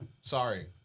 Sorry